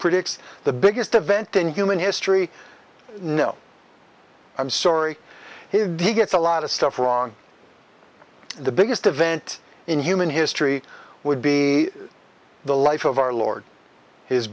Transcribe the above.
predicts the biggest event in human history no i'm sorry he gets a lot of stuff wrong the biggest event in human history would be the life of our lord his